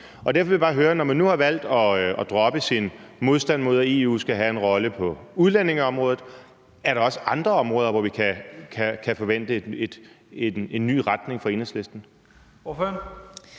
Derfor vil jeg bare høre, om der, når man nu har valgt at droppe sin modstand mod, at EU skal have en rolle på udlændingeområdet, også er andre områder, hvor vi kan forvente en ny retning fra Enhedslistens